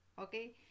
okay